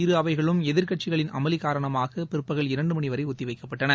இரு அவைகளும் எதிர்க்கட்சிகள் அமளிகாரணமாகபிற்பகல் இரண்டுமணிவரைஒத்திவைக்கப்பட்டன